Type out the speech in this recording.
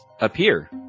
appear